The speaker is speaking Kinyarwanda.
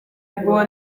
ngo